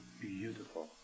beautiful